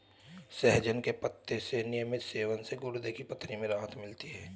सहजन के पत्ते के नियमित सेवन से गुर्दे की पथरी में राहत मिलती है